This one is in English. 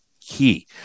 key